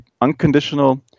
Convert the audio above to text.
unconditional